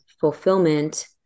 fulfillment